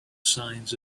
signs